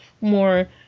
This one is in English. more